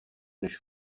než